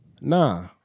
nah